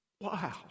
Wow